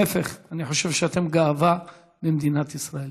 ההפך, אני חושב שאתם גאווה למדינת ישראל.